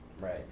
Right